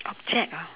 object ah